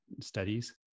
studies